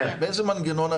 באיזה מנגנון?